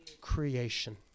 creation